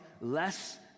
less